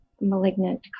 malignant